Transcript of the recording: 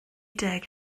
deg